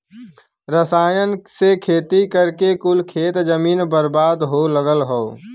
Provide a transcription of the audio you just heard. रसायन से खेती करके कुल खेत जमीन बर्बाद हो लगल हौ